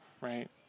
right